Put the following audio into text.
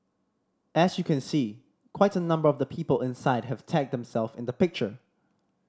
as you can see quite a number of the people inside have tagged them self in the picture